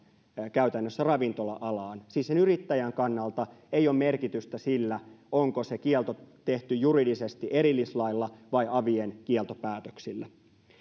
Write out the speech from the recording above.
käytännössä ravintola alaan siis sen yrittäjän kannalta ei ole merkitystä sillä onko se kielto tehty juridisesti erillislailla vai avien kieltopäätöksillä